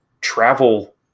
travel